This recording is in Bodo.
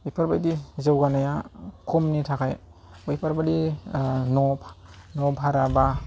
बेफोरबायदि जौगानाया खमनि थाखाय बैफोरबायदि न' न' भारा एबा